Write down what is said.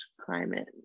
climate